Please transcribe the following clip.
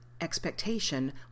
expectation